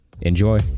Enjoy